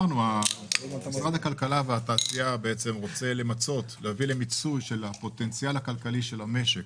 משרד הכלכלה והתעשייה רוצה להביא למיצוי של הפוטנציאל הכלכלי של המשק.